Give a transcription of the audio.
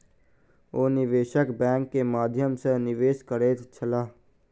ओ निवेशक बैंक के माध्यम सॅ निवेश करैत छलाह